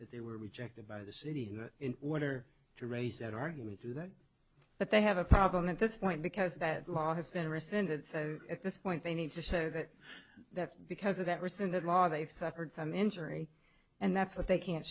that they were rejected by the city and in order to raise that argument to that but they have a problem at this point because that law has been rescinded so at this point they need to say that that's because of that rescinded law they've suffered some injury and that's what they can't